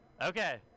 okay